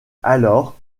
alors